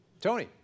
Tony